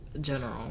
General